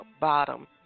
bottom